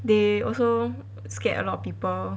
they also scared a lot of people